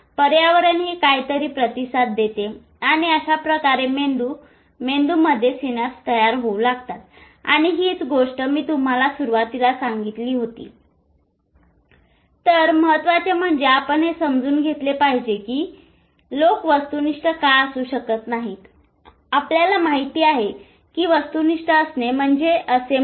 पर्यावरणही काहीतरी प्रतिसाद देते आणि अशा प्रकारे मेंदू मध्ये सिनॅप्स तयार होऊ लागतात आणि हीच गोष्ट मी तुम्हाला सुरुवातीला सांगितली होती तर महत्त्वाचे म्हणजे आपण हे समजून घेतले पाहिजे कि लोक वस्तुनिष्ठ का असू शकत नाहीत आपल्याला माहित आहे की वस्तुनिष्ठ असणे म्हणजे असे म्हणा